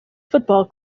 football